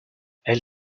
elle